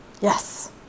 Yes